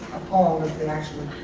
appalled if they actually